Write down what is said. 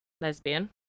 lesbian